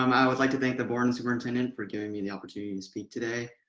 um i would like to thank the board and superintendent for giving me the opportunity to speak today.